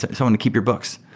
someone to keep your books.